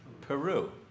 Peru